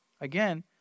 Again